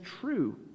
true